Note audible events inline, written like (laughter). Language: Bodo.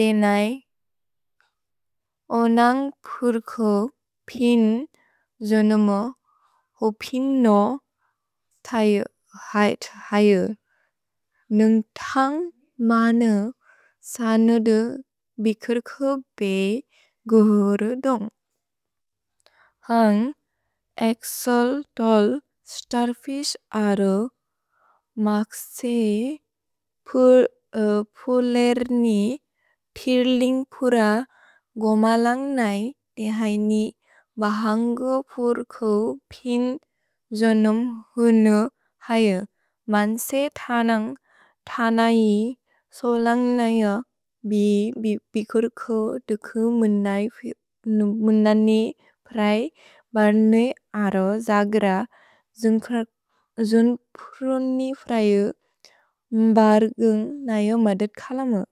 देनय्। ओनन्ग् पुर्कु पिन् द्जोनुमु, होपिन्नो (hesitation) तयुहय्त् हयु। नुन्ग् तन्ग् मनु सनुदु बिकुर्कु पे गुहुरुदोन्ग्। हन्ग् एक्सोल् तोल् स्तर्फिश् अदु, मक्से पुलेर् नि तिर्लिन्ग् पुर गोमलन्ग् नय देनय् नि बहन्गो पुर्कु पिन् द्जोनुमु हुनु हयु। मन्से थनयि सोलन्ग् नय बिकुर्कु दुकु मुननि प्रए बर्ने अरो जाग्र (hesitation) द्जुन्पुरुनि फ्रए बर्गुन्ग् नयो मदद् कलमु।